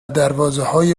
دروازههای